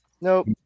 Nope